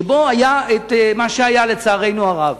שבו היה מה שהיה, לצערנו הרב.